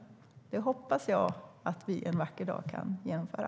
Det hoppas jag att vi en vacker dag kan genomföra.